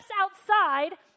outside